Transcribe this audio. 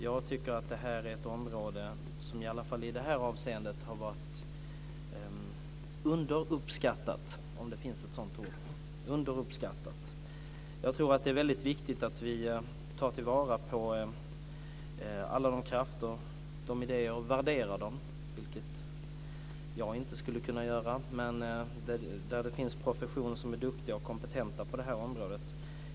Jag tycker att detta är ett område som i alla fall i det här avseendet har varit underuppskattat, om det finns ett sådant ord. Det är väldigt viktigt att ta vara på alla krafter och idéer och värdera dem, vilket jag inte skulle kunna göra. Men det finns professioner som är duktiga och kompetenta på det här området.